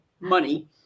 money